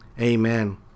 amen